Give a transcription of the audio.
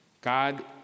God